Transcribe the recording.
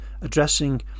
addressing